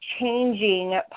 changing